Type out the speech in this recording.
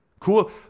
Cool